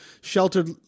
sheltered